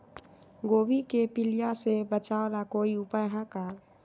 गोभी के पीलिया से बचाव ला कोई उपाय है का?